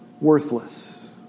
worthless